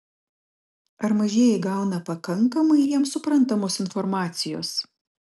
ar mažieji gauna pakankamai jiems suprantamos informacijos